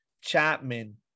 Chapman